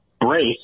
brace